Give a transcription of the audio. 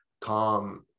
calm